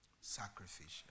Sacrificial